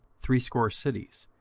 threescore cities,